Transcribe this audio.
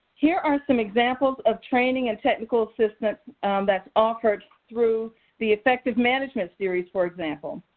here are some examples of training and technical assistance that's offered through the effective management series, for example.